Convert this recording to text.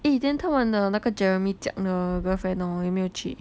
eh then 他们的那个 jeremy 的 girlfriend hor 有没有去